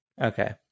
okay